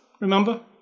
remember